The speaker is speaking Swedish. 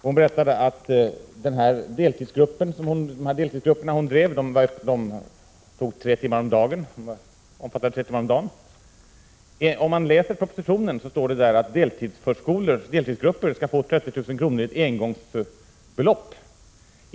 Hon berättade att hennes deltidsgrupper omfattade 3 timmar om dagen. I propositionen står att deltidsgrupperna skall få 30 000 kr. i engångsbelopp.